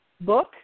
book